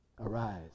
Arise